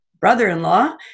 brother-in-law